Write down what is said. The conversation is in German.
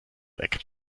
weg